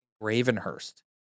Ravenhurst